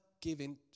giving